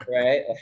right